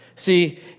See